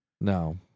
No